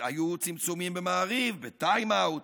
היו צמצומים במעריב, בטיים אאוט,